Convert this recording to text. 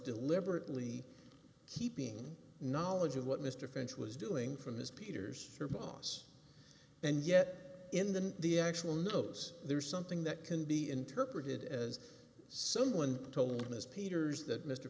deliberately keeping knowledge of what mr french was doing from his peter's her boss and yet in the the actual knows there's something that can be interpreted as someone told ms peters that mr